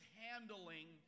handling